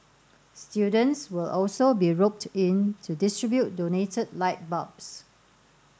students will also be roped in to distribute donated light bulbs